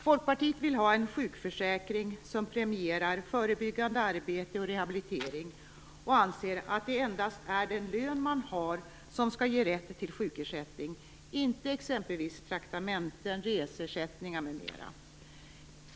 Folkpartiet vill ha en sjukförsäkring som premierar förebyggande arbete och rehabilitering. Vi anser att det endast är den lön man har som skall ge rätt till sjukersättning, inte exempelvis traktamenten, reseersättningar m.m.